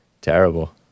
Terrible